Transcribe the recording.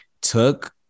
took